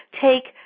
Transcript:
take